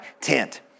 tent